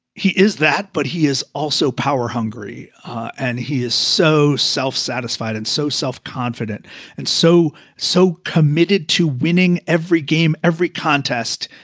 he is that. but he is also power hungry and he is so self-satisfied and so self-confident and so, so committed to winning every game, every contest,